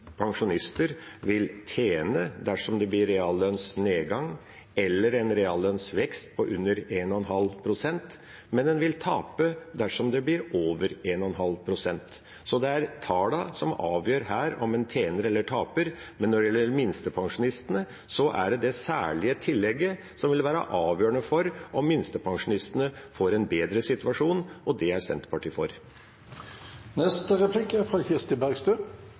blir reallønnsnedgang eller en reallønnsvekst på under 1,5 pst., men vil tape dersom det blir over 1,5 pst. Det er tallene som avgjør om en tjener eller taper. Men når det gjelder minstepensjonistene, er det det særlige tillegget som vil være avgjørende for om minstepensjonistene får en bedre situasjon, og det er Senterpartiet for.